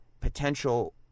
potential